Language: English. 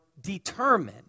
determined